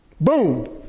Boom